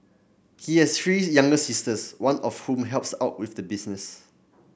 he has three younger sisters one of whom helps out with the business